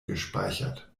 gespeichert